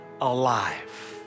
alive